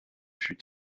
fut